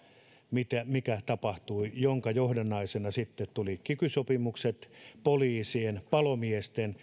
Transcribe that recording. mikä tapahtui ja minkä johdannaisena sitten tuli kiky sopimukset ja poliisien palomiesten